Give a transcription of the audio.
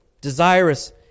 desirous